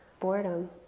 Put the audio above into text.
Boredom